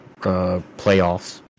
playoffs